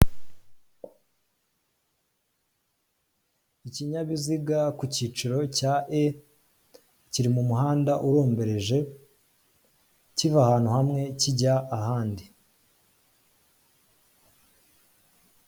Ikinyabiziga ku cyiciro cya e kiri mu muhanda urombereje, kiva ahantu hamwe kijya ahandi.